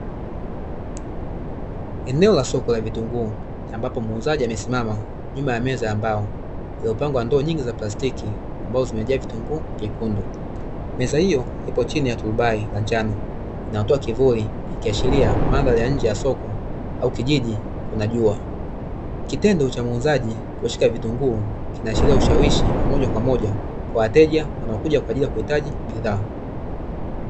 Eneo la soko la vitunguu ambapo muuzaji amesimama nyuma ya meza ya mbao, iliyopangwa ndoo nyingi za plastiki ambazo zimejaa vitunguu vyekundu. Meza hiyo ipo chini ya turubai la njano inayotoa kivuli ikiashiria mandhari ya nje ya soko au kijiji kuna jua, kitendo cha muuzaji kushika vitunguu kinaashiria ushawishi wa mojamoja kwa wateja wanaokuja kwa ajili ya kuhitaji bidhaa.